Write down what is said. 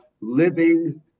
living